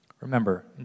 Remember